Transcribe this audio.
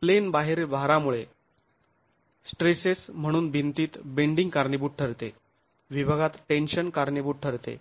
plain बाहेरील भारामुळे भिंतीवर कार्यरत वितरित भार स्ट्रेसेस म्हणून भिंतीत बेंडींग कारणीभूत ठरते विभागात टेंशन कारणीभूत ठरते